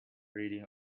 reading